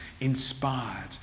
inspired